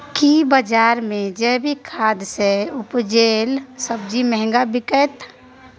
की बजार मे जैविक खाद सॅ उपजेल सब्जी महंगा बिकतै?